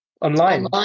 online